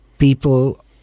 people